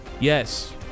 Yes